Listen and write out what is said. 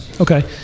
Okay